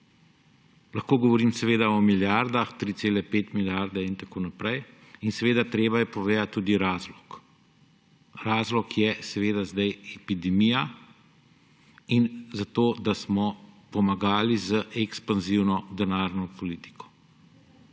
Lahko govorim seveda o milijardah, 3,5 milijarde in tako naprej, in treba je povedati tudi razlog. Razlog za to, da smo pomagali z ekspanzivno denarno politiko,